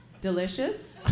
delicious